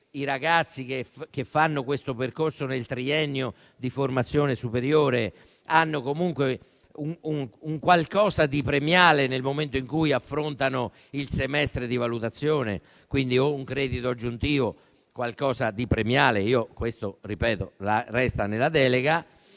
i ragazzi che fanno questo percorso nel triennio di formazione superiore hanno comunque un qualcosa di premiale nel momento in cui affrontano il semestre di valutazione, e quindi un credito aggiuntivo o qualcosa di premiale - questo resta nella delega